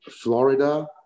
florida